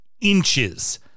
Inches